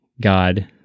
God